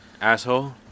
Asshole